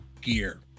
gear